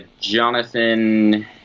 Jonathan